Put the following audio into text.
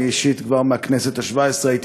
אני אישית כבר מהכנסת השבע-עשרה הייתי